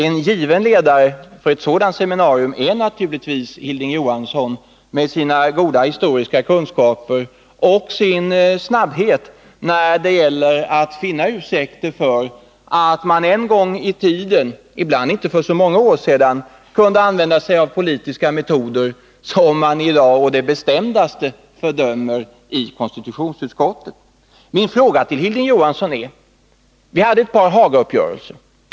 En given ledare för ett sådant seminarium blir naturligtvis Hilding Johansson med sina goda historiska kunskaper och sin snabbhet när det gäller att finna ursäkter för att man en gångi tiden — inte för så många år sedan — kunde använda sig av politiska metoder som man i dag å det bestämdaste fördömer i konstitutionsutskottet. Vi hade ett par Hagauppgörelser.